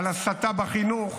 בהסתה בחינוך,